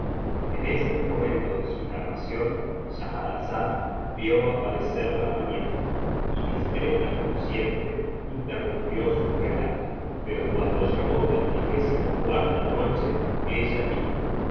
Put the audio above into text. en este momento de su narración séhahrazada vio que aparecía la mañana y discreta como siempre interrumpió su relato s vi pero cuando llegó la noche